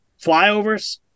flyovers